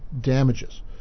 damages